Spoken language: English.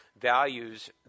values